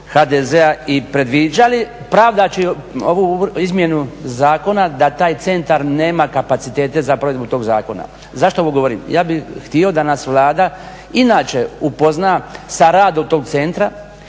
HDZ-a i predviđali, pravdaći ovu izmjenu zakona da taj centar nema kapacitete za provedbu tog zakona. Zašto ovo govorim? Ja bih htio da nas Vlada inače upozna sa radom tog centra